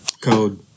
Code